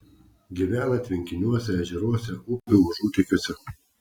gyvena tvenkiniuose ežeruose upių užutėkiuose